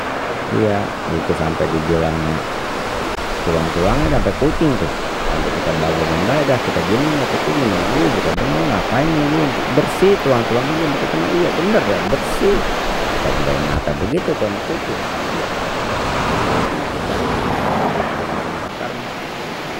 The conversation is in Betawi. Iya itu sampai dibilangnya tulang tulangnya dah ampe kucing tu ampe kita bagenin bae dah, kita diemin dah tu kucing ge nungguin kita bilang lu ngapain nungguin bersih tulang tulangnya ama kita mah iya bener dah bersih, kite mpe ngata begitu tu ama kucing iya, saking doyannya kita kalau dia udah bikin ayam bakar mah.